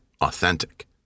authentic